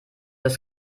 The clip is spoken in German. das